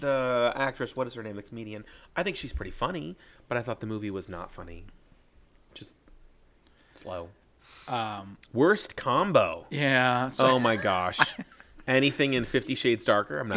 the actress what is her name the comedian i think she's pretty funny but i thought the movie was not funny just worst combo yeah oh my gosh anything in fifty shades darker